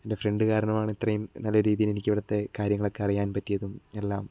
എൻ്റെ ഫ്രണ്ട് കാരണമാണ് ഇത്രയും നല്ല രീതിയിൽ എനിക്ക് ഇവിടുത്തെ കാര്യങ്ങളൊക്കെ അറിയാൻ പറ്റിയതും എല്ലാം